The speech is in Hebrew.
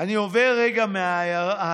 אני עובר רגע מההארה,